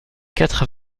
quatre